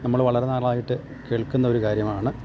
നമ്മള് വളരെ നാളായിട്ട് കേൾക്കുന്ന ഒരു കാര്യമാണ്